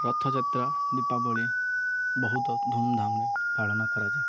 ରଥଯାତ୍ରା ଦୀପାବଳି ବହୁତ ଧୁମଧାମରେ ପାଳନ କରାଯାଏ